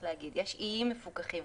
יש איים מפוקחים,